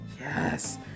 yes